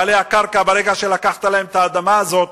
בעלי הקרקע, ברגע שלקחת להם את האדמה הזאת